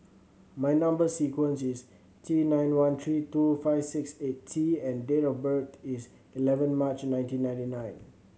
my number sequence is T nine one three two five six eight T and date of birth is eleven March nineteen ninety nine